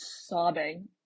sobbing